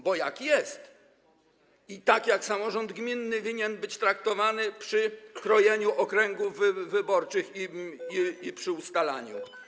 Bo jeśli jest, to tak jak samorząd gminny winien być traktowany przy krojeniu okręgów wyborczych i przy ustalaniu.